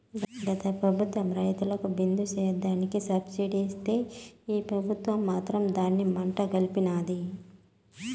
గత పెబుత్వం రైతులకి బిందు సేద్యానికి సబ్సిడీ ఇస్తే ఈ పెబుత్వం మాత్రం దాన్ని మంట గల్పినాది